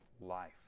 life